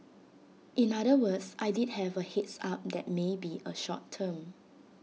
in other words I did have A heads up that may be A short term